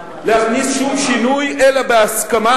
להכניס שום שינוי, אלא בהסכמה.